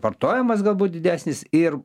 vartojamas galbūt didesnis ir